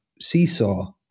seesaw